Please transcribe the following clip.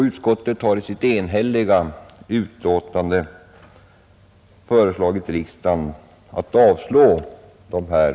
Utskottet har i sitt enhälliga betänkande föreslagit riksdagen att avslå motionerna.